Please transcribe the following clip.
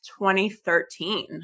2013